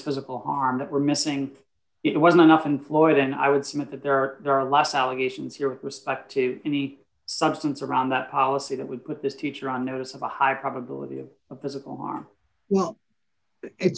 physical harm that were missing it wasn't enough and floyd then i would submit that there are far less allegations here with respect to any substance around that policy that would put this teacher on notice of a high probability of a physical harm well it's